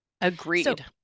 Agreed